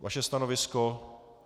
Vaše stanovisko?